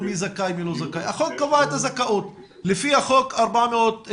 מערכת הרווחה,